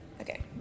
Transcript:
Okay